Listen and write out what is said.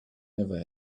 never